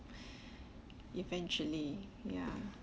eventually ya